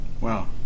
wow